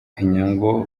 inyungu